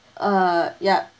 uh yup